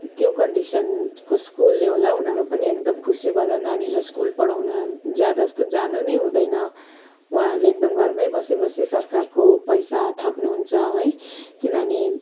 त्यो कन्डिसनको स्कुलले होला उनीहरू पनि एकदम खुसी भएर नानीलाई स्कुल पढाउन जाँदा जस्तो जानु नै हुँदैन उहाँहरूले एकदम घरमै बसीबसी सरकारको पैसा थाप्नुहुन्छ है किनभने